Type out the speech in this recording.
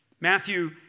Matthew